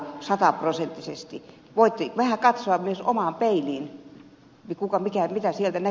voitte vähän katsoa myös omaan peiliin mitä sieltä näkyy ed